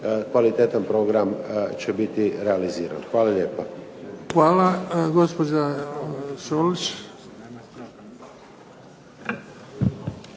kvalitetan program će biti realiziran. Hvala lijepa. **Bebić,